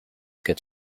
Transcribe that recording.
get